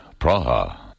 Praha